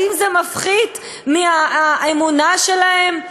האם זה מפחית מהאמונה שלהם?